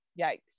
yikes